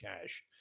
cash